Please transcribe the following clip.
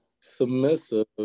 Submissive